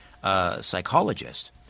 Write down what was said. psychologist